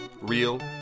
real